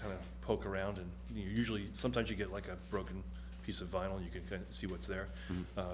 could poke around and you usually sometimes you get like a broken piece of vinyl you can see what's there